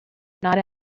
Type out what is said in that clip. not